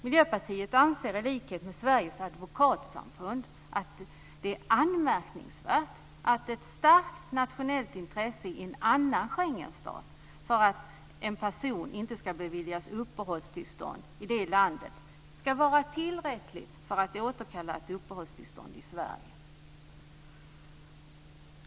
Miljöpartiet anser i likhet med Sveriges advokatsamfund att det är anmärkningsvärt att ett starkt nationellt intresse i en annan Schengenstat för att en person inte ska beviljas uppehållstillstånd i det landet ska vara tillräckligt för att återkalla ett uppehållstillstånd i Sverige.